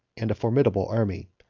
and a formidable army.